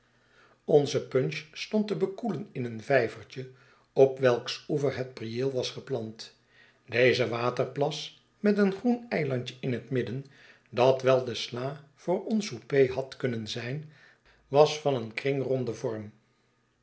onze punch stond te bekoelen in een vijvertje op welks oever het prieel was geplant deze waterplas met een groen eilandje in het midden dat wel de sla voor ons soupei had kunnen zijn was van een kringronden vorm